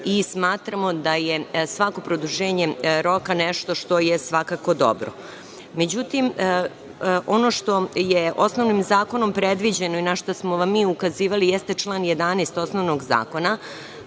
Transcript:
i smatramo da je svako produženje roka nešto što je svakako dobro.Međutim, ono što je osnovnim zakonom predviđeno i na šta smo vam mi ukazivali jeste član 11. osnovnog zakona,